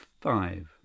five